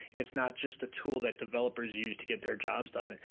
it's not just a tool that developers use to get their jobs done. and